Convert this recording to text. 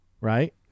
Right